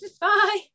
Bye